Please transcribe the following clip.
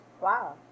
wow